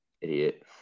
idiot